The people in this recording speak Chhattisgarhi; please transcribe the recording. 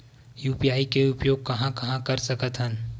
यू.पी.आई के उपयोग कहां कहा कर सकत हन?